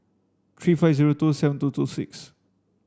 three five zero two seven two two six